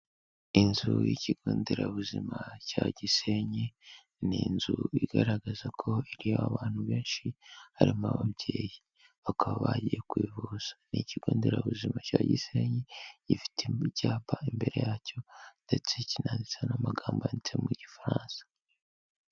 Inzu y'ikigo nderabuzima cya Gisenyi, ni inzu igaragaza ko iriho abantu benshi harimo ababyeyi, bakaba bagiye kwivuza, ni ikigo nderabuzima cya Gisenyi gifitemo icyapa imbere yacyo ndetse kinanditseho n'amagambo yanditse mu gifaransa.